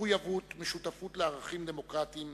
מחויבות ושותפות לערכים דמוקרטיים,